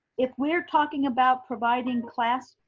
if we're talking about providing class,